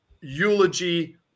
eulogy